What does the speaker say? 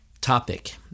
topic